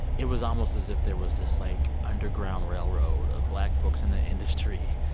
it was almost as if there was this, like, underground railroad of black folks in the industry,